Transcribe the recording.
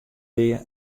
dea